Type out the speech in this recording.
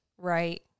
Right